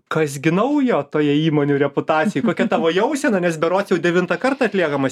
kas gi naujo toje įmonių reputacijoj kokia tavo jausena nes berods jau devintą kartą atliekamas